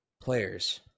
players